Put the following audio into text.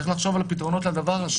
צריך לחשוב על הפתרונות לדבר הזה.